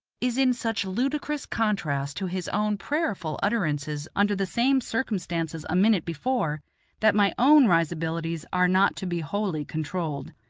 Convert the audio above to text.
is in such ludicrous contrast to his own prayerful utterances under the same circumstances a minute before that my own risibilities are not to be wholly controlled.